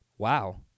Wow